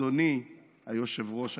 אדוני היושב-ראש.